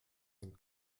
den